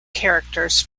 characters